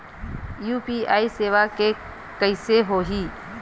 UPI सेवा के कइसे होही?